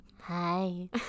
hi